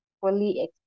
fully